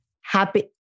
Happy